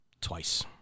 Twice